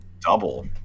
double